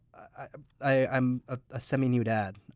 ah i'm ah a semi-new dad.